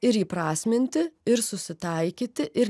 ir įprasminti ir susitaikyti ir